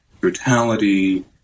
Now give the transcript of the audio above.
brutality